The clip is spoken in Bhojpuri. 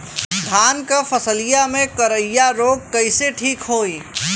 धान क फसलिया मे करईया रोग कईसे ठीक होई?